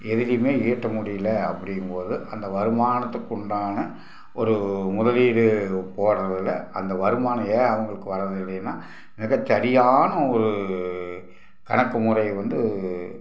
எதுலேயுமே ஈட்ட முடியல அப்படிங்கும் போது அந்த வருமானத்துக்குண்டான ஒரு முதலீடு போடுறதுல அந்த வருமானம் ஏன் அவங்களுக்கு வரவில்லைன்னால் மிகச்சரியான ஒரு கணக்கு முறை வந்து